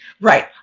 Right